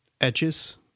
edges